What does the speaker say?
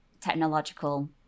technological